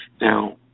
Now